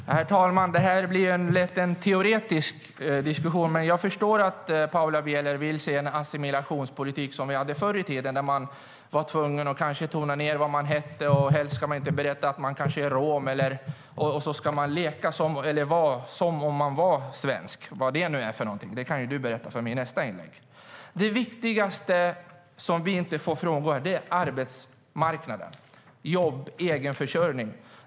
Herr talman! Det här blir lätt en teoretisk diskussion, men jag förstår att Paula Bieler vill se en assimilationspolitik som vi hade förr i tiden, då man kanske var tvungen att tona ned vad man hette. Helst skulle man inte berätta att man var rom. Och så skulle man vara som om man vore svensk - vad det nu är för någonting. Det kan du berätta för mig i nästa inlägg. Det viktigaste, som vi inte får frångå, är arbetsmarknaden. Det handlar om jobb och egenförsörjning.